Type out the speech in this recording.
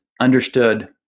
understood